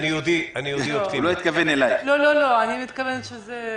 הדיון של היום תכף אני אתן לחברת הכנסת חיימוביץ'